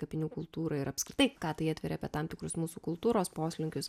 kapinių kultūrą ir apskritai ką tai atveria apie tam tikrus mūsų kultūros poslinkius